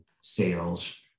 sales